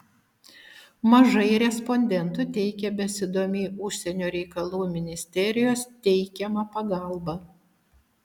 mažai respondentų teigė besidomį užsienio reikalų ministerijos teikiama pagalba